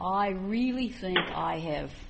i really think i have